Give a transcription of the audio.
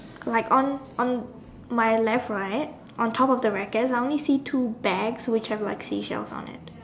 like on on my left right on top of the rackets I only see two bags which has like seashells on it